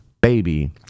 baby